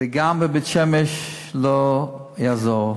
וגם בבית-שמש לא יעזור,